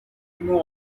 remove